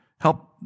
help